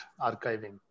archiving